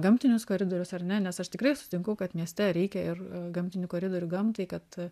gamtinius koridorius ar ne nes aš tikrai sutinku kad mieste reikia ir gamtinių koridorių gamtai kad